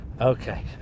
Okay